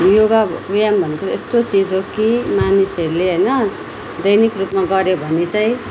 योगा व्यायाम भनेको यस्तो चिज हो कि मानिसहरूले होइन दैनिक रुपमा गर्यो भने चाहिँ